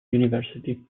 university